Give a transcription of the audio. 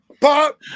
pop